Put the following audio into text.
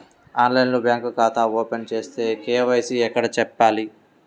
ఆన్లైన్లో బ్యాంకు ఖాతా ఓపెన్ చేస్తే, కే.వై.సి ఎక్కడ చెప్పాలి?